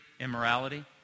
immorality